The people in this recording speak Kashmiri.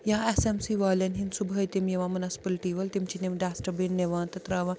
یا ایٚس ایٚم سی والیٚن ہنٛدۍ صُبحٲے تِم یِوان مُنسپٕلٹی وٲلۍ تِم چھِ تِم ڈَسٹہٕ بیٖن نِوان تہٕ ترٛاوان